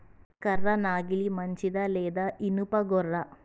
కర్ర నాగలి మంచిదా లేదా? ఇనుప గొర్ర?